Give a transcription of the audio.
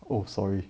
oh sorry